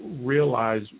realize